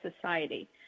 society